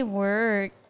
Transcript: work